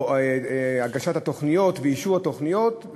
הגשת התוכניות ואישור התוכניות,